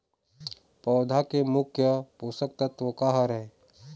पौधा के मुख्य पोषकतत्व का हर हे?